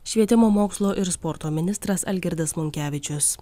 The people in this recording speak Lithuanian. švietimo mokslo ir sporto ministras algirdas monkevičius